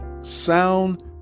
Sound